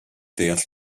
deall